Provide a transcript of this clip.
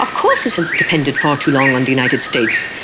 of course this has depended far too long on the united states,